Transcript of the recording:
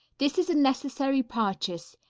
this is a necessary purchase,